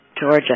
Georgia